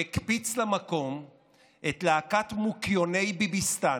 הוא הקפיץ למקום את להקת מוקיוני ביביסטן,